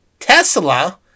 Tesla